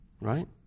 Right